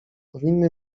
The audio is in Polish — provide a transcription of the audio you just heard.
powinny